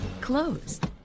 closed